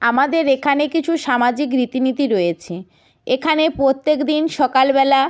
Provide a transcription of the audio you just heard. আমাদের এখানে কিছু সামাজিক রীতি নীতি রয়েছে এখানে প্রত্যেক দিন সকালবেলা